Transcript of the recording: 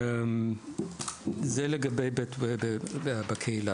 זה לגבי מה שבקהילה,